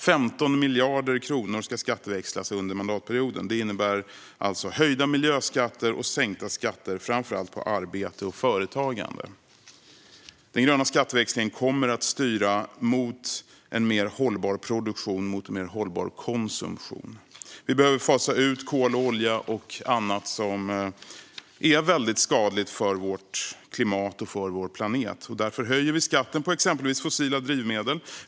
15 miljarder kronor ska skatteväxlas under mandatperioden. Det innebär höjda miljöskatter och sänkta skatter på framför allt arbete och företagande. Den gröna skatteväxlingen kommer att styra mot mer hållbar produktion och mer hållbar konsumtion. Vi behöver fasa ut kol, olja och annat som är väldigt skadligt för vårt klimat och för vår planet. Därför höjer vi skatten på exempelvis fossila drivmedel.